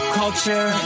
culture